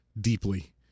deeply